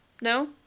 No